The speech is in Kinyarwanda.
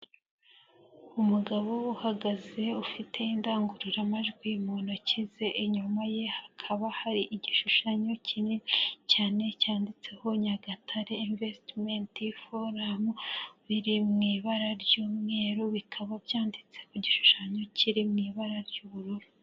Umugabo uhagaze ufite indangururamajwi mu ntoki ze, inyuma ye hakaba hari igishushanyo kinini cyane cyanditseho Nyagatare Investment Forum, biri mu ibara ry'umweru bikaba byanditse ku gishushanyo kiri mu ibara ry'ubururu.